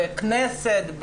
בכנסת,